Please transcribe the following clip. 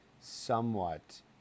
somewhat